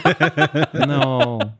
no